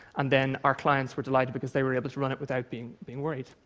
and then our clients were delighted because they were able to run it without being being worried.